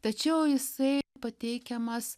tačiau jisai pateikiamas